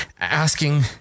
asking